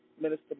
Minister